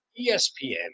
ESPN